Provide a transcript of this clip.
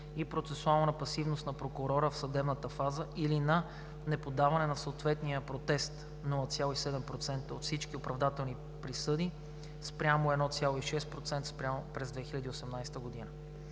и процесуална пасивност на прокурора в съдебната фаза или на неподаване на съответен протест – 0,7% от всички оправдателни присъди, спрямо 1,6% през 2018 г.